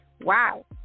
wow